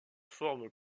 forme